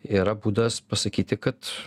yra būdas pasakyti kad